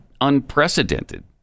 unprecedented